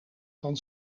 van